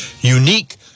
unique